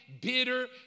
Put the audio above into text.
bitter